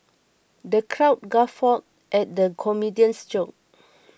the crowd guffawed at the comedian's jokes